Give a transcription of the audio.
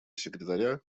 секретаря